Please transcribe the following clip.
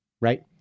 Right